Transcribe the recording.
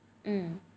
hmm